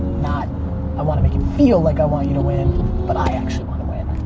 not i want to make it feel like i want you to win but i actually want to win.